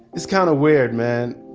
it's kind of weird, man.